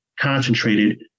concentrated